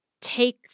take